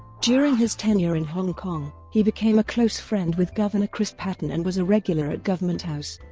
during his tenure in hong kong, he became a close friend with governor chris patten and was a regular at government house.